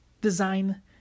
design